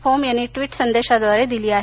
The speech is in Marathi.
फोम यांनी ट्वीट संदेशाद्वारे दिली आहे